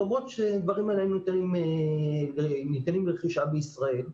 למרות שהדברים האלה היו ניתנים לרכישה בישראל.